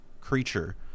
creature